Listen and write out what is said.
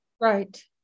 right